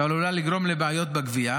שעלולה לגרום לבעיות בגבייה,